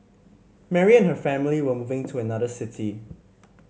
Mary and her family were moving to another city